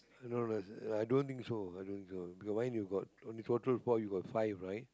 no no no i don't think so I mean your line you got five right